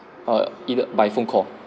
err either by phone call